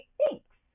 Thanks